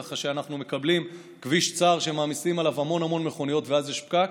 כך שאנחנו מקבלים כביש צר שמעמיסים עליו המון המון מכוניות ואז יש פקק.